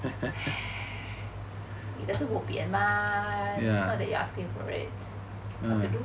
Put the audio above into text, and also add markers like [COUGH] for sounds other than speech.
[BREATH] 你的是 bo pian mah it's not like you are asking for it